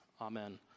Amen